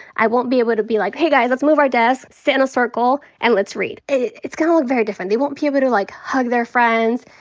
i won't be able to be like, hey, guys, let's move our desks, sit in a circle, and lets read. it's gonna look very different. they won't be able to, like, hug their friends,